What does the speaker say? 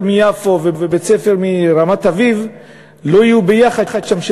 מיפו ובית-ספר מרמת-אביב לא יהיו ביחד שם,